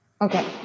Okay